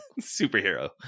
superhero